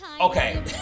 Okay